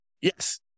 Yes